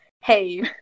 Hey